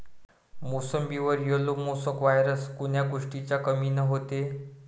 मोसंबीवर yellow mosaic virus कोन्या गोष्टीच्या कमीनं होते?